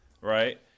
Right